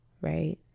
right